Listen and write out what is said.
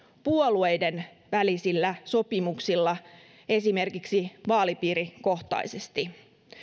puolueiden välisillä sopimuksilla esimerkiksi vaalipiirikohtaisesti